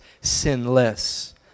sinless